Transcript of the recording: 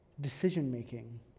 decision-making